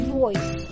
voice